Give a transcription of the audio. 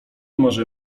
może